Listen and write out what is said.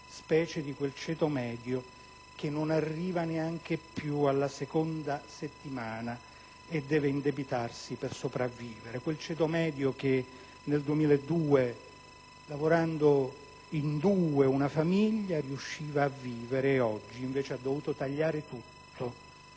specie di quel ceto medio che non arriva neanche più alla seconda settimana del mese e deve indebitarsi per sopravvivere; quel ceto medio che nel 2002, lavorando in due in una famiglia, riusciva a vivere ed oggi, invece, ha dovuto tagliare tutto,